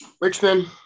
Richmond